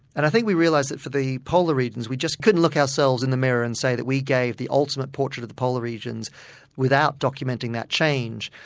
and i think we realised that for the polar regions we just couldn't look at ourselves in the mirror and say that we gave the ultimate portrait of the polar regions without documenting that change.